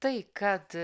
tai kad